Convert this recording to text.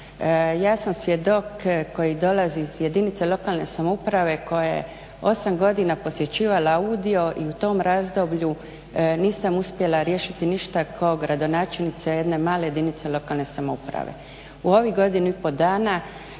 Ja sam svjedok koji dolazi iz jedinice lokalne samouprave koja je 8 godina posjećivala audio i u tom razdoblju nisam uspjela riješiti ništa gradonačelnica jedne male jedinice lokalne samouprave.